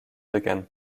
again